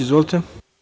Izvolite.